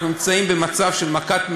אנחנו נמצאים במצב של מכת מדינה,